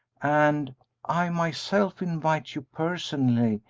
and i myself invite you personally,